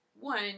One